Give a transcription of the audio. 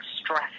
stress